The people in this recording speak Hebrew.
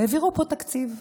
והעבירו פה תקציב.